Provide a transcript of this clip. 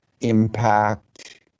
impact